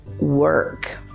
work